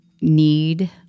need